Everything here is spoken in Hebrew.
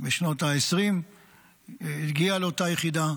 בשנות העשרים הגיע לאותה יחידה,